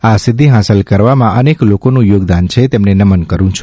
આ સિદ્ધિ હાંસલ કરવામાં અનેક લોકોનું યોગદાન છે તેમને નમન કરું છે